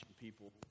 people